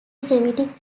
semitic